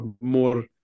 more